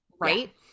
right